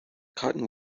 cotton